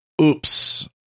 Oops